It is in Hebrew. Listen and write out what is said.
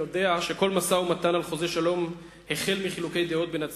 יודע שכל משא-ומתן על חוזה שלום החל מחילוקי-דעות בין הצדדים.